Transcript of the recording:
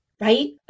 right